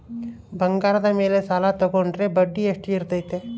ಬಂಗಾರದ ಮೇಲೆ ಸಾಲ ತೋಗೊಂಡ್ರೆ ಬಡ್ಡಿ ಎಷ್ಟು ಇರ್ತೈತೆ?